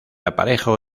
aparejo